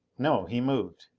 no, he moved.